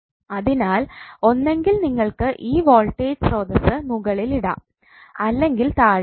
അതിനാൽ ഒന്നെങ്കിൽ നിങ്ങൾക്ക് ഈ വോൾട്ടേജ് സ്രോതസ്സ് മുകളിൽ ഇടാം അല്ലെങ്കിൽ താഴെ ഇടാം